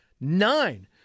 Nine